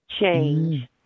Change